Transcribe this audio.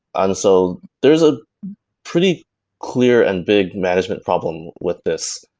and so there's a pretty clear and big management problem with this,